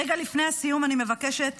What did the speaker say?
רגע לפני הסיום, אני מבקשת